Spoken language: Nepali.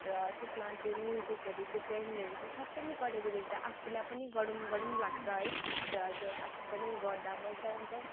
र त्यसमा त्यो म्युजिकहरू त्यो ट्रेन्डहरू सबैले गरेको देख्दा आफूलाई पनि गरौँ गरौँ लाग्छ है र त्यो आफू पनि गर्दा मजा आउँछ